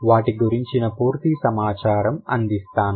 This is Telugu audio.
వాటి గురించిన పూర్తి సమాచారం అందిస్తాను